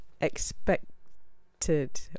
expected